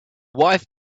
wife